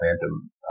phantom